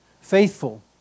Faithful